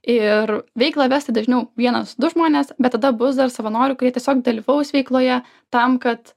ir veiklą ves tai dažniau vienas du žmonės bet tada bus dar savanorių kurie tiesiog dalyvaus veikloje tam kad